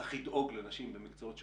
צריך לדאוג לנשים במקצועות שוחקים,